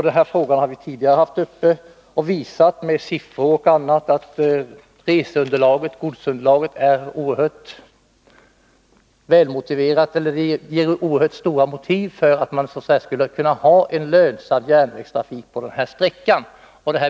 Denna fråga har vi tidigare haft uppe och med siffror och på annat sätt visat att reseoch godsunderlaget talar för att man i stället skulle kunna ha en lönsam järnvägstrafik på den sträckan.